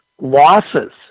losses